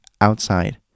outside